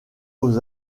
aux